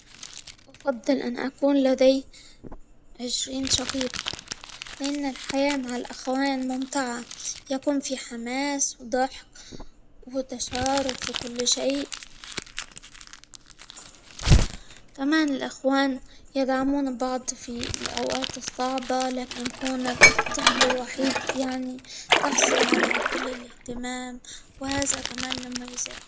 أفضل أن أكون لدي عشرين شقيق، فإن الحياة مع الأخوان ممتعة، يكون في حماس ضحك، وتشارك في كل شيء، كمان الأخوان يدعمون البعض في الأوقات الصعبة، لكن كانت الطفل الوحيد يعني تحصل على كل الإهتمام، وهذا كمان مميزاتكم.